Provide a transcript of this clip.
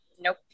nope